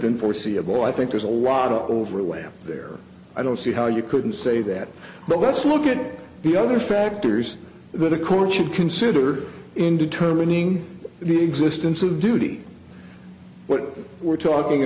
in foreseeable i think there's a lot of overlap there i don't see how you couldn't say that but let's look at the other factors that a court should consider in determining the existence of duty what we're talking